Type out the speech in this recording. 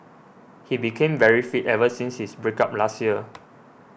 he became very fit ever since his break up last year